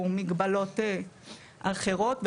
או מגבלות אחרות,